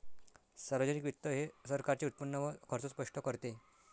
सार्वजनिक वित्त हे सरकारचे उत्पन्न व खर्च स्पष्ट करते